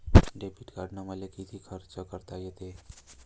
Debit कार्डानं मले किती खर्च करता येते?